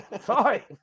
Sorry